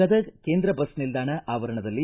ಗದಗ ಕೇಂದ್ರ ಬಸ್ ನಿಲ್ದಾಣ ಆವರಣದಲ್ಲಿ